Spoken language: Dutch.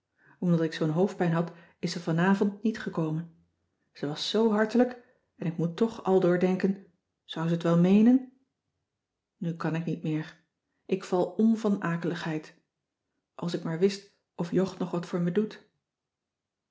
omdat ik zoo'n hoofdpijn had is ze vanavond niet gekomen ze was zo hartelijk en ik moet toch aldoor denken zou ze t wel meenen nu kan ik niet meer ik val om van akeligheid als ik maar wist of jog nog wat voor me doet